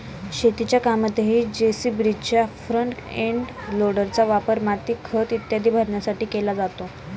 शेतीच्या कामातही जे.सी.बीच्या फ्रंट एंड लोडरचा वापर माती, खत इत्यादी भरण्यासाठी केला जातो